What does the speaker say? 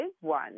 one